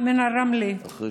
רמלה,